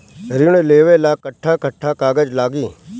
ऋण लेवेला कट्ठा कट्ठा कागज लागी?